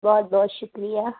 بہت بہت شکریہ